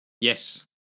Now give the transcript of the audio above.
yes